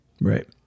right